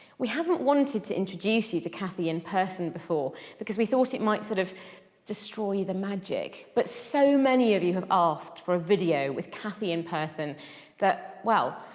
we haven't wanted to introduce you to kathy in person before because we thought it might sort of destroy the magic. but so many of you have asked for a video with kathy in person that well,